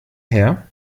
her